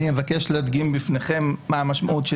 אני מבקש להדגים בפניכם מה המשמעות של